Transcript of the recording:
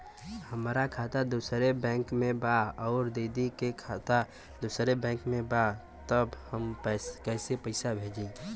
हमार खाता दूसरे बैंक में बा अउर दीदी का खाता दूसरे बैंक में बा तब हम कैसे पैसा भेजी?